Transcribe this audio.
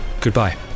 Goodbye